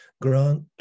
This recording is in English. grant